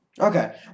Okay